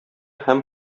һәм